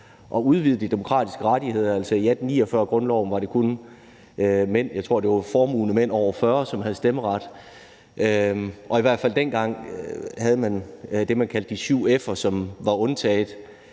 at udvide de demokratiske rettigheder. I 1849-grundloven var det kun mænd – jeg tror, det var formuende mænd over 40 år – som havde stemmeret. Og i hvert fald dengang havde man det, man kaldte for de syv f'er, som var undtaget